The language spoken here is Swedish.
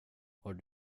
har